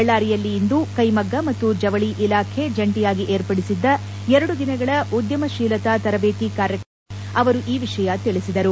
ಬಳ್ಳಾರಿಯಲ್ಲಿಂದು ಕೈಮಗ್ಗ ಮತ್ತು ಜವಳಿ ಇಲಾಖೆ ಜಂಟಿಯಾಗಿ ಏರ್ಪಡಿಸಿದ್ದ ಎರಡು ದಿನಗಳ ಉದ್ಯಮಶೀಲತಾ ತರಬೇತಿ ಕಾರ್ಯಕ್ರಮ ಉದ್ಘಾಟಿಸಿ ಅವರು ಈ ವಿಷಯ ತಿಳಿಸಿದರು